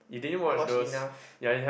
never watch enough